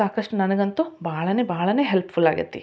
ಸಾಕಷ್ಟು ನನಗಂತೂ ಭಾಳನೆ ಭಾಳನೆ ಹೆಲ್ಪ್ಫುಲ್ ಆಗೇತಿ